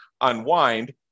unwind